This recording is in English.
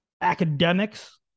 academics